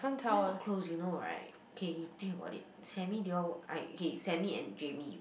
just not close you know right K you think about it Sammy they all I okay Sammy and Jamie you